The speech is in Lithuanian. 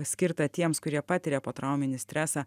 skirtą tiems kurie patiria potrauminį stresą